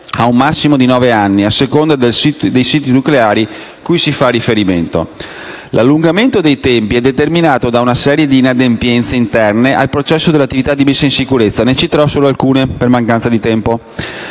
a un massimo di nove anni, a seconda del sito nucleare cui si fa riferimento. L'allungamento dei tempi è determinato da una serie di inadempienze interne al processo dell'attività di messa in sicurezza, delle quali, per mancanza di tempo,